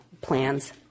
plans